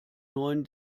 neuen